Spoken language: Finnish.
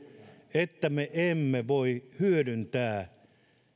että me emme voi hyödyntää